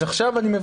אז עכשיו אני מברך.